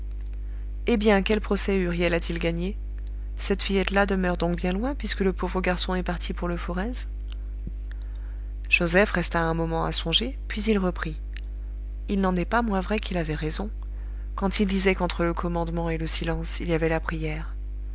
eh bien quel procès huriel a-t-il gagné cette fillette là demeure donc bien loin puisque le pauvre garçon est parti pour le forez joseph resta un moment à songer puis il reprit il n'en est pas moins vrai qu'il avait raison quand il disait qu'entre le commandement et le silence il y avait la prière